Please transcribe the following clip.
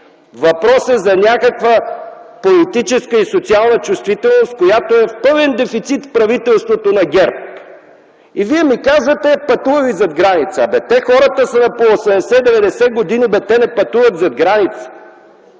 Въпросът е за някаква политическа и социална чувствителност, която е в пълен дефицит в правителството на ГЕРБ. Вие ми казвате – пътували зад граница. Хората са на по 80-90 години. Те не пътуват зад граница.